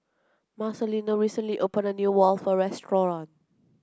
Marcelino recently opened a new Waffle Restaurant